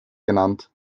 genannt